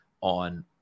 on